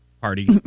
party